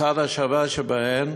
הצד השווה שבהם,